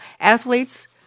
athletes